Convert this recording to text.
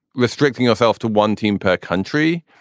restricting yourself to one team per country,